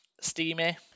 steamy